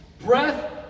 Breath